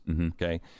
Okay